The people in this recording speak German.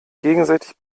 gegenseitig